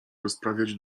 rozprawiać